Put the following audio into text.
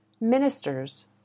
Ministers